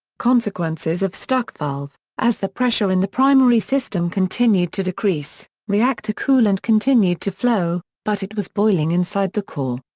consequences of stuck valve as the pressure in the primary system continued to decrease, reactor coolant continued to flow, but it was boiling inside the core.